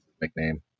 nickname